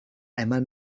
einmal